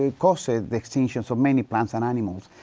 ah, caused so the extinctions of many plants and animals,